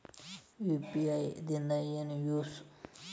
UPI ದಿಂದ ಏನು use?